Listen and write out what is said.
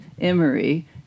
Emory